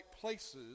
places